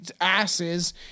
asses